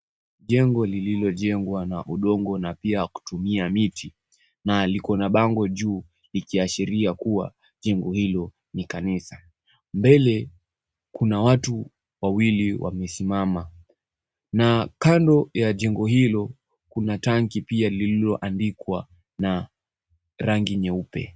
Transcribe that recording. Jengo lililojengwa na udongo na pia kutumia miti na liko na bango juu likiashiria kuwa jengo hilo ni kanisa. Mbele kuna watu wawili wamesimama. Na kando ya jengo hilo kuna tanki lililoandikwa na rangi nyeupe.